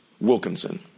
Wilkinson